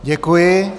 Děkuji.